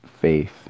faith